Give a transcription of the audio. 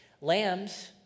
Lambs